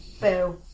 Boo